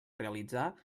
realitzar